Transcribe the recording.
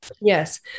Yes